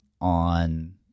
on